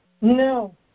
No